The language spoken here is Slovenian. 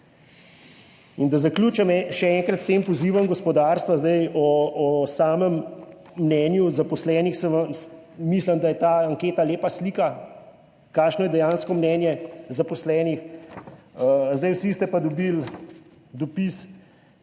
In da zaključim še enkrat s tem pozivom gospodarstva, zdaj, o samem mnenju zaposlenih se vam, mislim, da je ta anketa lepa slika, kakšno je dejansko mnenje zaposlenih. Zdaj, vsi ste pa dobili dopis